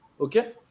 okay